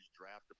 draft